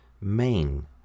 main